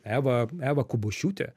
eva eva kubuščiūtė